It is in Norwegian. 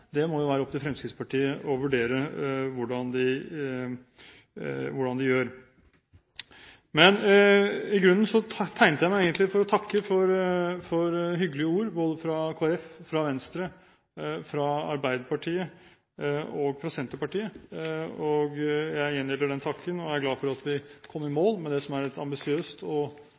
forhandlingssituasjon, må jo være opp til Fremskrittspartiet å vurdere. Men i grunnen tegnet jeg meg for å takke for hyggelige ord både fra Kristelig Folkeparti, fra Venstre, fra Arbeiderpartiet og fra Senterpartiet. Jeg gjengjelder den takken og er glad for at vi kom i mål med det som er en mer ambisiøs og